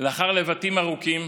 לאחר לבטים ארוכים